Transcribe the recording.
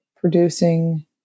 producing